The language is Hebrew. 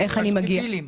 לפשקווילים?